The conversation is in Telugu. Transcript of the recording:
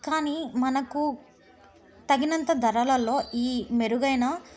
కానీ మనకు తగినంత ధరలలో ఈ మెరుగైన